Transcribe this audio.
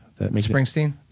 Springsteen